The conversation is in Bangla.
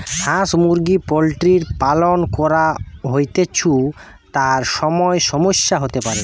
হাঁস মুরগি পোল্ট্রির পালন করা হৈতেছু, তার সময় সমস্যা হতে পারে